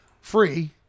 free